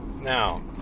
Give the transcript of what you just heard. now